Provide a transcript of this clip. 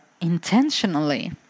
intentionally